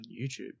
YouTube